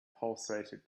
pulsated